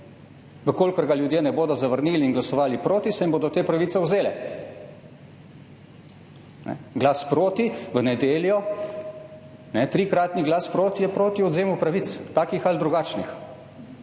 Če ga ljudje ne bodo zavrnili in glasovali proti, se jim bodo te pravice vzele! Glas proti v nedeljo, trikratni glas proti je proti odvzemu pravic, takih ali drugačnih.